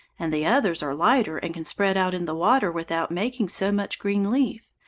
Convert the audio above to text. and the others are lighter and can spread out in the water without making so much green leaf.